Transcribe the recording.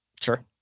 Sure